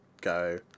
go